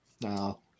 No